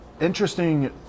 interesting